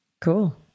Cool